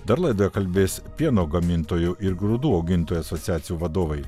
dar laidoje kalbės pieno gamintojų ir grūdų augintojų asociacijų vadovai